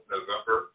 November